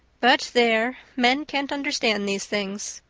but there men can't understand these things!